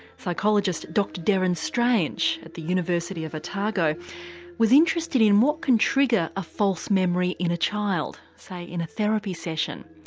psychologist dr deryn strange at the university of otago was interested in what can trigger a false memory in a child, say in a therapy session.